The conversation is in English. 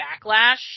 backlash